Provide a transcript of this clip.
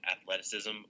athleticism